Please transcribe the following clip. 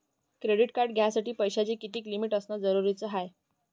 Credit card घ्यासाठी पैशाची कितीक लिमिट असनं जरुरीच हाय?